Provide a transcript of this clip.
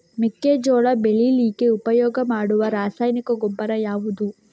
ಮೆಕ್ಕೆಜೋಳ ಬೆಳೀಲಿಕ್ಕೆ ಉಪಯೋಗ ಮಾಡುವ ರಾಸಾಯನಿಕ ಗೊಬ್ಬರ ಯಾವುದು?